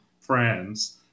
Friends